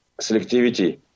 selectivity